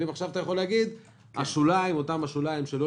ואם אתה יכול עכשיו להגיד אם אותם שוליים שלא